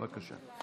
בבקשה.